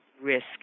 risk